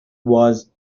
was